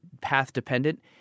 path-dependent